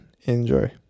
enjoy